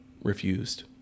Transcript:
Refused